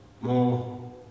more